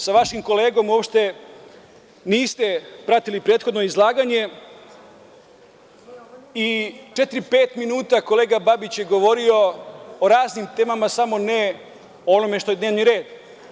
Sa vašim kolegom uopšte niste pratili prethodno izlaganje i četiri, pet minuta kolega Babić je govorio o raznim temama, samo ne o onome što je dnevni red.